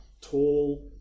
tall